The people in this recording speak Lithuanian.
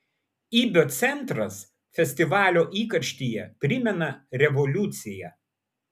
ibio centras festivalio įkarštyje primena revoliuciją